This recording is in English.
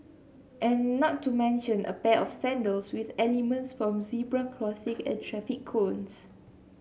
and not to mention a pair of sandals with elements from zebra crossing and traffic cones